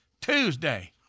Tuesday